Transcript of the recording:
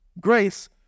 grace